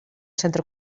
centre